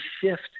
shift